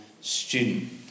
student